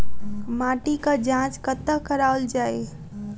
माटिक जाँच कतह कराओल जाए?